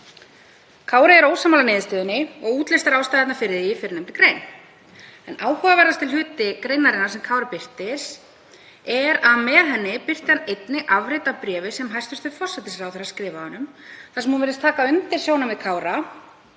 Kári er ósammála niðurstöðunni og útlistar ástæðurnar fyrir því í fyrrnefndri grein. En áhugaverðasti hluti greinarinnar sem Kári birtir er að með henni birtist einnig afrit af bréfi sem hæstv. forsætisráðherra skrifaði honum þar sem hún virðist taka undir sjónarmið Kára